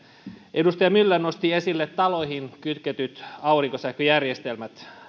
edustaja myller nosti esille taloihin kytketyt aurinkosähköjärjestelmät